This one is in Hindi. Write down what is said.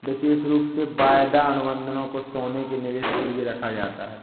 विशेष रूप से वायदा अनुबन्धों को सोने के निवेश के लिये रखा जाता है